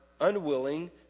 unwilling